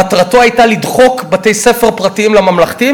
מטרתו הייתה לדחוק בתי-ספר פרטיים לממלכתיים,